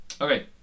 Okay